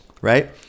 right